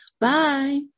Bye